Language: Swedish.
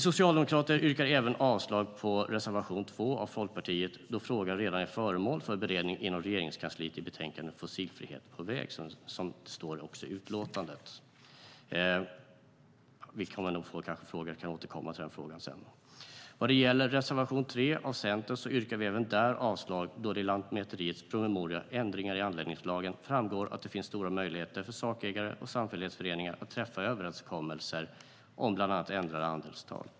Jag yrkar även avslag på reservation 2 av Folkpartiet, då frågan redan är föremål för beredning inom Regeringskansliet i betänkandet Fossilfrihet på väg , vilket också står i utlåtandet. Jag kanske kommer att få frågor och kan då återkomma till detta. Vad gäller reservation 3 av Centern yrkar jag även där avslag, då det i Lantmäteriets promemoria Ändringar i anläggningslagen framgår att det finns stora möjligheter för sakägare och samfällighetsföreningar att träffa överenskommelser om bland annat ändrade andelstal.